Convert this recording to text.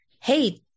hey